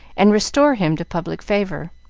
and restore him to public favor.